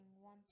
one